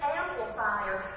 amplifier